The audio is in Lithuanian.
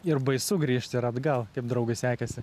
ir baisu grįžti yra atgal kaip draugui sekėsi